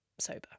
sober